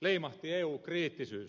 leimahti eu kriittisyys